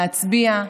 להצביע,